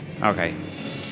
Okay